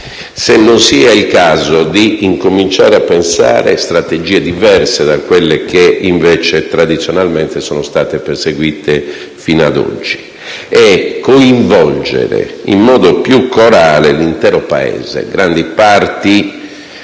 se non sia il caso di incominciare a pensare strategie diverse da quelle che invece tradizionalmente sono state perseguite fino ad oggi, coinvolgendo in modo più corale l'intero Paese, grandi parti